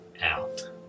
out